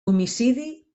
homicidi